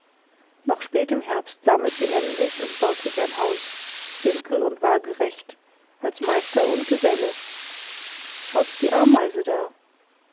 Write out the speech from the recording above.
noch spät im herbst sammelt sie emsig und baut sich ein haus winkelund waagerecht als meister und geselle schaut die ameise da